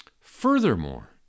Furthermore